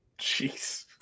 Jeez